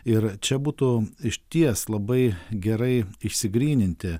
ir čia būtų išties labai gerai išsigryninti